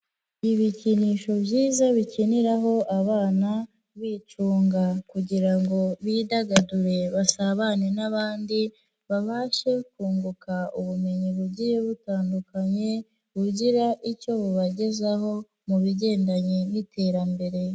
Ibikinisho byiza bikiniraho abana, bicunga kugira ngo bidagadure basabane n'abandi, babashe kunguka ubumenyi bugiye butandukanye, bugira icyo bubagezaho, mu bigendanye n'iterambere.